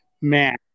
Man